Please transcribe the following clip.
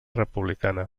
republicana